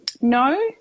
No